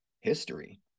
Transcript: history